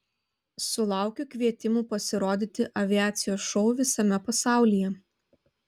sulaukiu kvietimų pasirodyti aviacijos šou visame pasaulyje